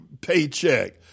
paycheck